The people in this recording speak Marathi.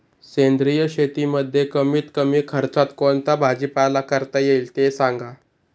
सेंद्रिय शेतीमध्ये कमीत कमी खर्चात कोणता भाजीपाला करता येईल ते सांगा